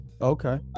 Okay